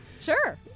Sure